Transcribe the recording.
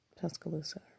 Tuscaloosa